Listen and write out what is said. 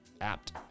Apt